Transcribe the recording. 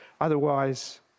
Otherwise